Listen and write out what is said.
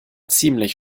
ziemlich